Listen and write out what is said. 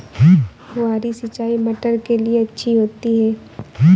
फुहारी सिंचाई मटर के लिए अच्छी होती है?